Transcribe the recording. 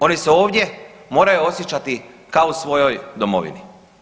Oni se ovdje moraju osjećati kao u svojoj domovini.